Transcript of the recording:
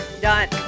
Done